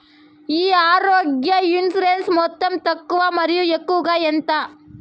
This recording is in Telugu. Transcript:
ఈ ఆరోగ్య ఇన్సూరెన్సు మొత్తం తక్కువ మరియు ఎక్కువగా ఎంత?